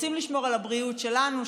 רוצים לשמור על הבריאות שלנו,